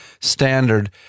standard